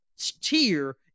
tier